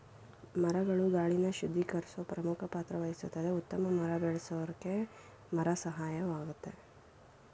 ಮರಗಳು ಗಾಳಿನ ಶುದ್ಧೀಕರ್ಸೋ ಪ್ರಮುಖ ಪಾತ್ರವಹಿಸ್ತದೆ ಉತ್ತಮ ಮಳೆಬರ್ರ್ಸೋಕೆ ಮರ ಸಹಾಯಕವಾಗಯ್ತೆ